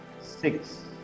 six